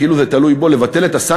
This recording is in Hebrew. כאילו זה תלוי בו לבטל את הסנקציות,